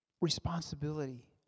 responsibility